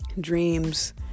dreams